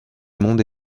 monde